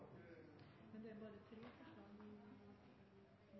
Men når det er uklarhet om